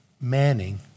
manning